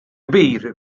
kbir